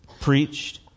preached